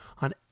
on